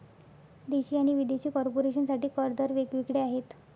देशी आणि विदेशी कॉर्पोरेशन साठी कर दर वेग वेगळे आहेत